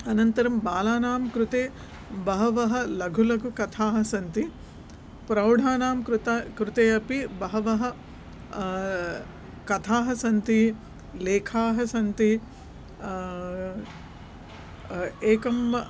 अनन्तरं बालानां कृते बह्व्यः लघुलघुकथाः सन्ति प्रौढानां कृते कृते अपि बह्व्यः कथाः सन्ति लेखाः सन्ति एका